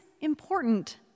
important